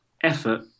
effort